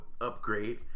upgrade